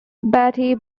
betty